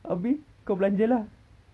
abeh kau belanja lah